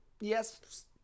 Yes